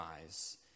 eyes